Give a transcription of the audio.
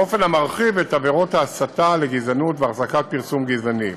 באופן שמרחיב את עבירות ההסתה לגזענות והחזקת פרסום גזעני.